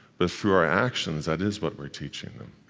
but through our actions, that is what we're teaching them.